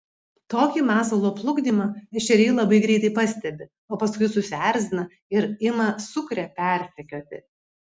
tokį masalo plukdymą ešeriai labai greitai pastebi o paskui susierzina ir ima sukrę persekioti